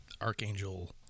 Archangel